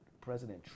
President